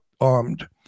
armed